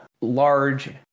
large